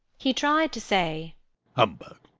he tried to say humbug!